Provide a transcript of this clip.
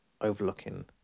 overlooking